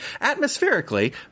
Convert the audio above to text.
atmospherically